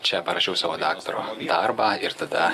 čia parašiau savo daktaro darbą ir tada